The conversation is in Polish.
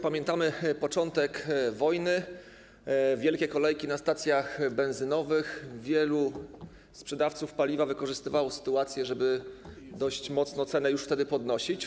Pamiętamy początek wojny - wielkie kolejki na stacjach benzynowych, wielu sprzedawców paliwa wykorzystywało sytuację, żeby dość mocno już wtedy podnosić cenę.